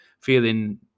feeling